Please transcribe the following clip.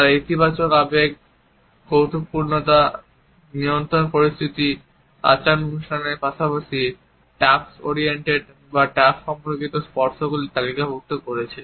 তারা ইতিবাচক আবেগ কৌতুকপূর্ণতা নিয়ন্ত্রণ পরিস্থিতি আচার অনুষ্ঠানের পাশাপাশি টাস্ক ওরিয়েন্টেড বা টাস্ক সম্পর্কিত স্পর্শগুলি তালিকাভুক্ত করেছে